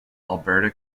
alberta